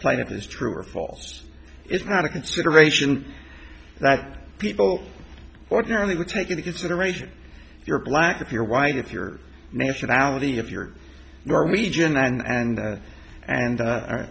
plaintiff is true or false is not a consideration that people ordinarily would take into consideration if you're black if you're white if your nationality of your norwegian and and and